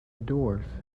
dwarf